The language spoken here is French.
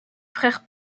frères